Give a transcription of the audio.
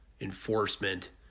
enforcement